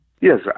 Yes